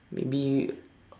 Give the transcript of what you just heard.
maybe